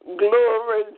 glory